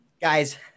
guys